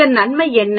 இதன் நன்மை என்ன